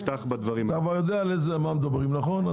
אתה יודע על מה אנחנו מדברים, נכון?